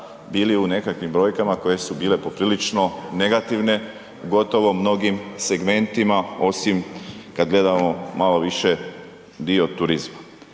bili u nekakvim brojkama koje su bile poprilično negativno gotovo mnogim segmentima osim kad gledamo malo više dio turizma.